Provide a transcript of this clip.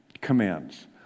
commands